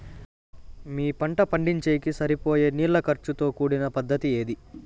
మీ పంట పండించేకి సరిపోయే నీళ్ల ఖర్చు తో కూడిన పద్ధతి ఏది?